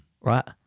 right